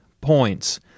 points